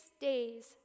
days